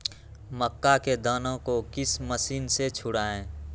मक्का के दानो को किस मशीन से छुड़ाए?